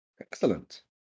Excellent